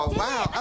wow